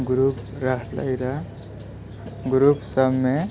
group रहले रहै group सभमे